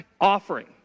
offering